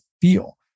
feel